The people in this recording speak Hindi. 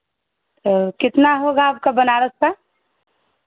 तो कितना होगा आपका बनारस का